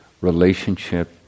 relationship